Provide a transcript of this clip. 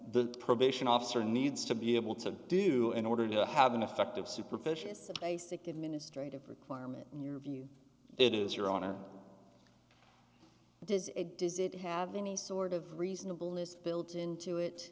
the probation officer needs to be able to do in order to have an effective superficies basic administrative requirement in your view it is your honor does it does it have any sort of reasonable list built into it